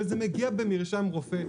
וזה מגיע במרשם רופא,